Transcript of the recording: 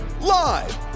live